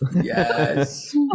yes